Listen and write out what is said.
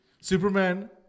Superman